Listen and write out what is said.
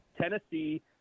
Tennessee